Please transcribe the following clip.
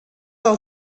del